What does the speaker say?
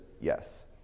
Yes